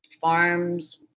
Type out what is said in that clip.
farms